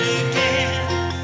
again